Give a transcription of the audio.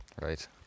right